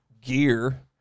gear